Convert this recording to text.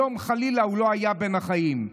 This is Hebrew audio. היום, חלילה, הוא לא היה בין החיים.